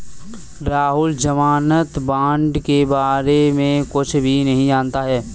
राहुल ज़मानत बॉण्ड के बारे में कुछ भी नहीं जानता है